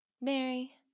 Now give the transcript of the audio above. Mary